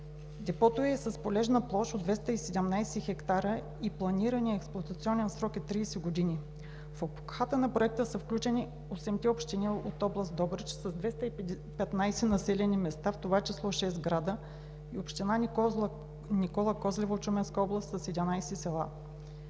Депото е с полезна площ от 217 хектара и планираният експлоатационен срок е 30 години. В обхвата на Проекта са включени осемте общини от област Добрич с 215 населени места, в това число шест града, и община Никола Козлево от Шуменска област с 11 села.